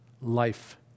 life